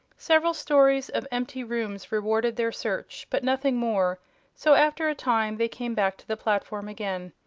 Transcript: several stories of empty rooms rewarded their search, but nothing more so after a time they came back to the platform again.